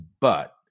But-